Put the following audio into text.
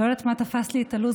לא יודעת מה תפס לי את הלו"ז,